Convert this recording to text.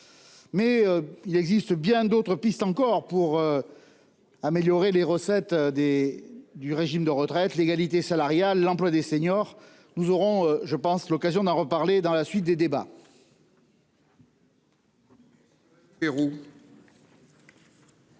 il existe bien d'autres pistes encore pour améliorer les recettes du régime de retraite, comme l'égalité salariale ou l'emploi des seniors. Nous aurons sans doute l'occasion d'en reparler dans la suite des débats.